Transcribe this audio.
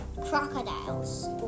crocodiles